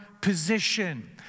position